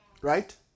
Right